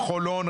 חולון,